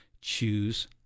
choose